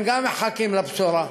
הם גם מחכים לבשורה.